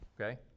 Okay